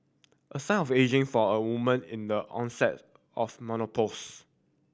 a sign of ageing for a woman in the onset of menopause